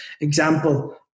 example